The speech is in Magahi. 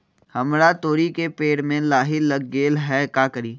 हमरा तोरी के पेड़ में लाही लग गेल है का करी?